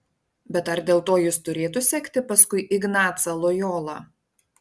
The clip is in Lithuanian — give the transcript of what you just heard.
bet ar dėl to jis turėtų sekti paskui ignacą lojolą